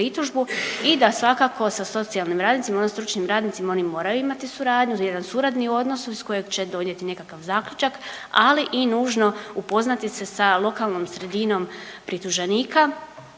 i da svakako sa socijalnim radnicima odnosno stručnim radnicima oni moraju imati suradnju jedan suradni odnos iz kojeg će donijeti nekakav zaključak, ali i nužno upoznati sa lokalnom sredinom prituženika